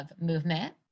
movement